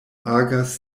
agas